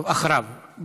טוב, אחריו.